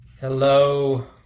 Hello